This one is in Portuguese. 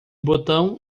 botão